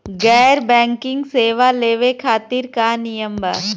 गैर बैंकिंग सेवा लेवे खातिर का नियम बा?